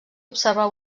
observar